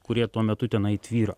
kurie tuo metu tenai tvyro